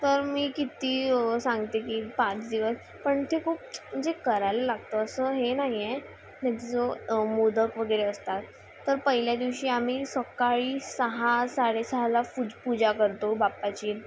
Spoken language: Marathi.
तर मी किती सांगते की पाच दिवस पण ते खूप म्हणजे करायला लागतं असं हे नाहीये जो मोदक वगैरे असतात तर पहिल्या दिवशी आम्ही सकाळी सहा साडेसहाला पूज पूजा करतो बापाची